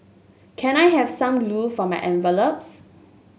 can I have some glue for my envelopes